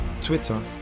Twitter